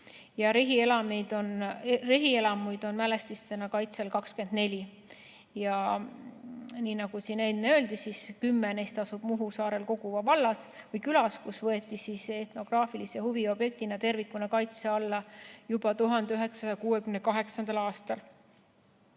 Rehielamuid on mälestisena kaitse all 24 ja nii nagu siin enne öeldi, 10 neist asub Muhu saarel Koguva külas, kus need võeti etnograafilise huviobjektina tervikuna kaitse alla juba 1968. aastal.